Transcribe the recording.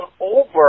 over